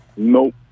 Nope